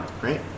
Great